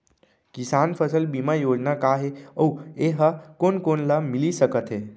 किसान फसल बीमा योजना का हे अऊ ए हा कोन कोन ला मिलिस सकत हे?